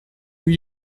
rue